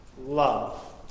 love